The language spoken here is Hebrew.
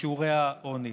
בשיעורי העוני.